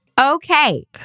Okay